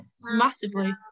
massively